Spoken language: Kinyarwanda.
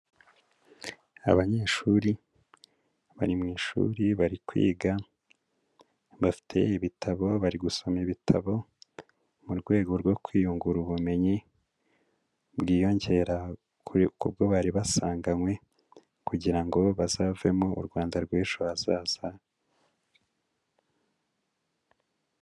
Abanyeshuri bari mu ishuri bari kwiga, bafite ibitabo bari gusoma ibitabo mu rwego rwo kwiyungura ubumenyi bwiyongera k'ubwo bari basanganywe kugira ngo bazavemo u Rwanda rw'ejo hazaza.